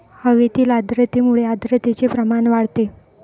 हवेतील आर्द्रतेमुळे आर्द्रतेचे प्रमाण वाढते